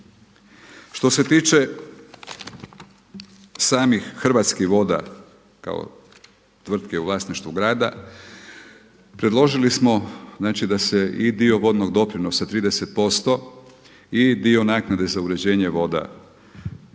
Što se tiče samih Hrvatskih voda kao tvrtke u vlasništvu grada, predložili smo znači da se i dio vodnog doprinosa 30 posto i dio naknade za uređenje voda